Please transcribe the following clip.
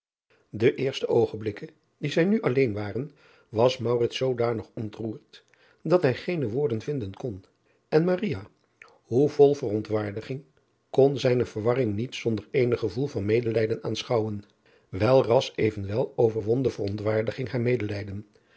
e eerste oogenblikken die zij nu alleen waren was zoodanig ontroerd dat hij geene woorden vinden kon en hoe vol verontwaardiging kon zijne verwarring niet zonder eenig gevoel van medelijden aanschouwen elras evenwel overwon de verontwaardiging haar medelijden